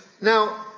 Now